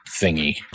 thingy